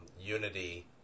unity